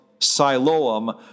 Siloam